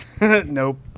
Nope